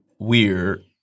weird